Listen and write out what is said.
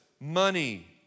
money